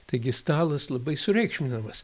taigi stalas labai sureikšminamas